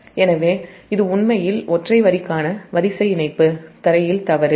எனவே இது உண்மையில் ஒற்றை வரிக்கான வரிசை இணைப்பு தரையில் தவறு